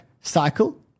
cycle